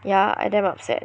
ya I'm damn upset